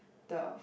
the